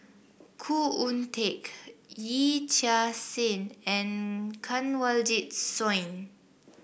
Khoo Oon Teik Yee Chia Hsing and Kanwaljit Soin